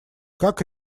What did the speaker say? как